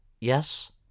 Yes